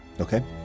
Okay